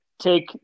take